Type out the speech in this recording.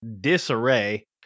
disarray